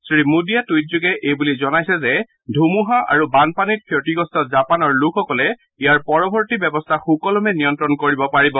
শ্ৰীমোদীয়ে টুইটযোগে এইবুলি জনাইছে যে ধুমুহা আৰু বানপানীত ক্ষতিগ্ৰস্ত জাপানৰ লোকসকলে ইয়াৰ পৰৱৰ্তি ব্যৱস্থা সুকলমে নিয়ন্ত্ৰণ কৰিব পাৰিব